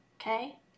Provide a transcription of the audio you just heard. okay